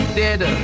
dead